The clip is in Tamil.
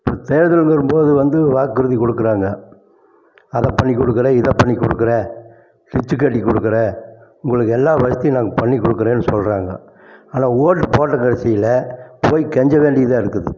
இப்போ தேர்தல் வரும்போது வந்து வாக்குறுதி கொடுக்குறாங்க அதை பண்ணி கொடுக்குறேன் இதை பண்ணி கொடுக்குறேன் டிச்சு கட்டி கொடுக்குறேன் உங்களுக்கு எல்லா வசதியும் நான் பண்ணி கொடுக்குறேன்னு சொல்றாங்க ஆனால் ஓட்டு போட்ட கடைசியில போய் கெஞ்சவேண்டியதாக இருக்குது